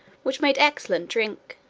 which made excellent drink,